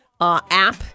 app